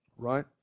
Right